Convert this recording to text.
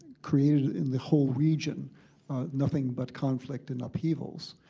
created in the whole region nothing but conflict and upheavals.